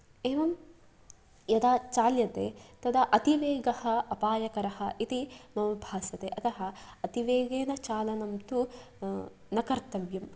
एवं यदा चाल्यते तदा अतिवेगः अपायकरः इति मम भासते अतः अतिवेगेनचालनं तु न कर्तव्यम्